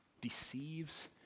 deceives